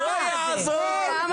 לא יעזור.